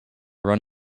run